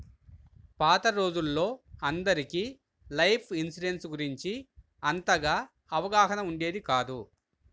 పాత రోజుల్లో అందరికీ లైఫ్ ఇన్సూరెన్స్ గురించి అంతగా అవగాహన ఉండేది కాదు